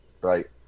Right